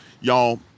Y'all